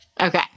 Okay